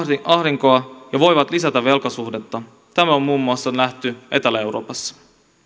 ahdinkoa ja voivat lisätä velkasuhdetta tämä on nähty muun muassa etelä euroopassa